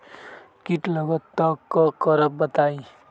कीट लगत त क करब बताई?